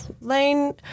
Lane